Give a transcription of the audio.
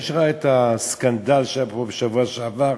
מי שראה את הסקנדל שהיה פה בשבוע שעבר,